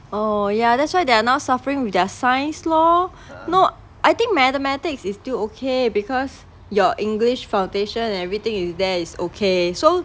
oh yeah that's why they are now suffering with their science lor not I think mathematics is still okay because your english foundation and everything is there is okay so